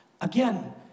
Again